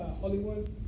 Hollywood